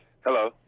Hello